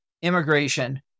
immigration